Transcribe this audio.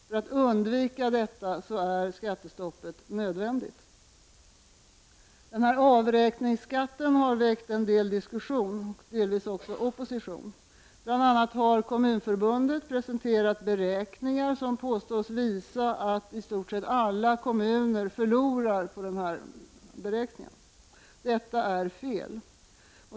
För att undvika detta är skattestoppet nödvändigt. Avräkningsskatten har väckt en hel del diskussion och opposition. Bl.a. har Kommunförbundet presenterat beräkningar som påstås visa att i stort sett alla kommuner förlorar. Detta är fel.